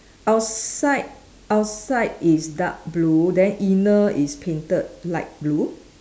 outside outside is dark blue then inner is painted light blue